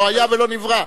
לא היה ולא נברא.